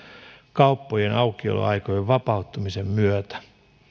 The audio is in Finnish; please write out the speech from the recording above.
kauppojen aukioloaikojen vapauttamisen myötä